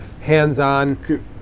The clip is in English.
hands-on